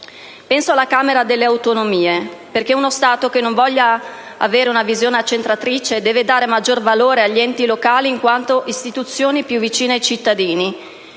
Penso alla Camera delle autonomie, perché uno Stato che non voglia avere una visione accentratrice deve dare maggior valore agli enti locali, in quanto istituzioni più vicine ai cittadini.